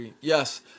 Yes